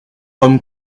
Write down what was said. homme